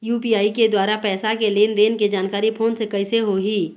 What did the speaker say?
UPI के द्वारा पैसा के लेन देन के जानकारी फोन से कइसे होही?